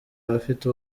abafite